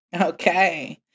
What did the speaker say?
Okay